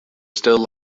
still